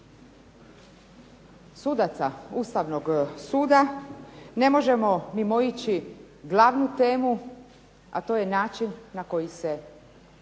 sudaca Ustavnog suda ne možemo mimoići glavnu temu, a to je način na koji se